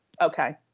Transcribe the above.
Okay